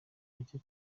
nacyo